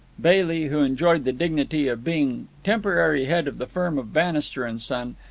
bailey, who enjoyed the dignity of being temporary head of the firm of bannister and son,